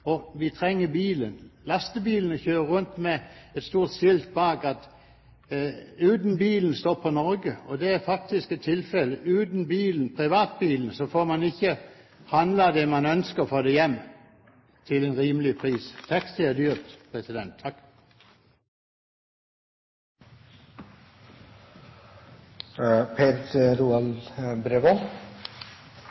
og vi trenger bilen. Lastebilene kjører rundt med et stort skilt bak der det står at uten bilen stopper Norge. Det er faktisk tilfellet, for uten bilen, privatbilen, får man ikke handlet det man ønsker, og man får det ikke hjem til en rimelig pris. Taxi er dyrt! Dette er jo en litt merkelig debatt. Jeg synes det